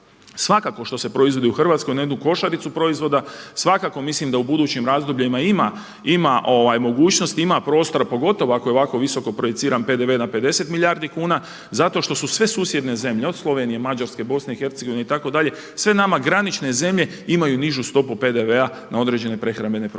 svakako što se proizvodi u Hrvatskoj na jednu košaricu proizvoda svakako mislim da u budućim razdobljima ima mogućnosti, ima prostora pogotovo ako je ovako visoko projiciran PDV na 50 milijardi kuna zato što su sve susjedne zemlje od Slovenije, Mađarske, BIH itd. sve nama granične zemlje imaju nižu stopu PDV-a na određene prehrambene proizvode.